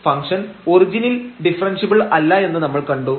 function ഒറിജിനിൽ differentiable അല്ല എന്ന് നമ്മൾ കണ്ടു